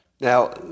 Now